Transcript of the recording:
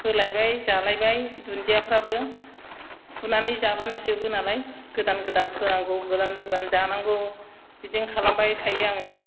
फोलायबाय जालायबाय दुन्दियाफ्राबो फुनानै जाबानो जोबो नालाय गोदान गोदान फोनांगौ गोदान जानांगौ बिदिनो खालामबाय थायो आङो